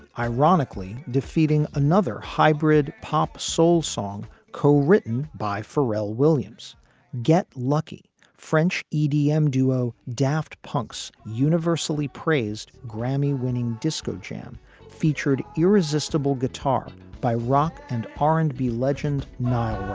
ironically, defeating another hybrid pop soul song co-written by pharrell williams get lucky french idm duo daft punk's universally praised grammy winning disco jam featured irresistible guitar by rock and pop and b legend niall